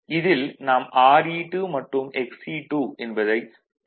இதில் நாம் Re2 மற்றும் Xe2 என்பதை பெர் யூனிட் ஆக வரையறுப்போம்